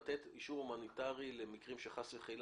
לתת אישור הומניטרי למקרים שחס וחלילה